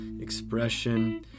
expression